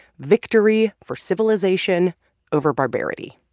victory for civilization over barbarity.